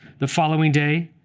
the following day,